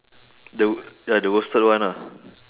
the ya the roasted one ah